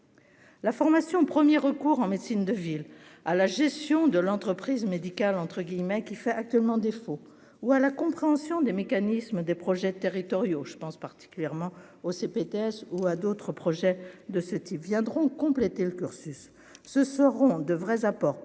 la formation 1er recours en médecine de ville à la gestion de l'entreprise médicale entre guillemets, qui fait actuellement défaut ou à la compréhension des mécanismes des projets territoriaux je pense particulièrement aux ces BTS ou à d'autres projets de ils viendront compléter le cursus, ce seront de vrais apports